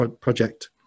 project